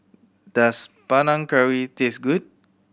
does Panang Curry taste good